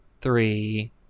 three